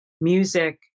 music